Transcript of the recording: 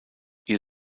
ihr